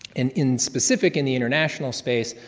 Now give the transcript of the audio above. in in specific in the international space,